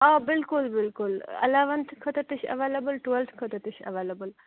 آ بِلکُل بِلکُل اَلیوَنتھٕ خٲطرٕ تہِ چھِ ایولیبل ٹُوٮ۪لتھٕ خٲطرٕ تہِ چھِ ایولیبل